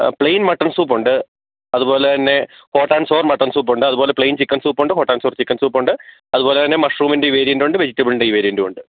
ആ plain mutton സൂപ്പുണ്ട് അതുപോലെത്തന്നെ ഹോട്ട് ആൻഡ് സോർ മട്ടൻ സൂപ്പുണ്ട് അതേപോലെ പ്ലെയിൻ ചിക്കൻ സൂപ്പുണ്ട് ഹോട്ട് ആൻഡ് സോർ ചിക്കൻ സൂപ്പുണ്ട് അതുപോലെത്തന്നെ മഷ്റൂമിൻ്റെ ഈ വേരിയൻറ്റുണ്ട് വെജിറ്റബിൾൻ്റെ ഈ വേരിയൻറ്റുണ്ട്